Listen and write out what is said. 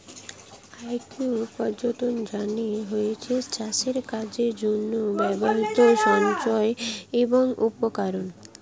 equipment মানে হচ্ছে চাষের কাজের জন্যে ব্যবহৃত সরঞ্জাম এবং উপকরণ